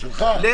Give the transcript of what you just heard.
של